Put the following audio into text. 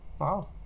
Wow